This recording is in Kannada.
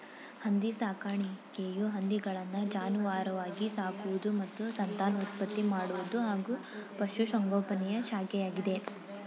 ಹಂದಿ ಸಾಕಾಣಿಕೆಯು ಹಂದಿಗಳನ್ನು ಜಾನುವಾರಾಗಿ ಸಾಕುವುದು ಮತ್ತು ಸಂತಾನೋತ್ಪತ್ತಿ ಮಾಡುವುದು ಹಾಗೂ ಪಶುಸಂಗೋಪನೆಯ ಶಾಖೆಯಾಗಿದೆ